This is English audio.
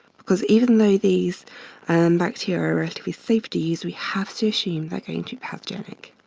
because even though these and bacteria are relatively safe to use, we have to assume they're going to pathogenic.